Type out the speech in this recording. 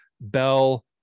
Bell